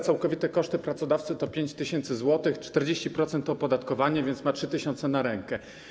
Całkowite koszty pracodawcy to 5 tys. zł, 40% opodatkowanie, więc ma 3 tys. na rękę.